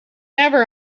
never